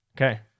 Okay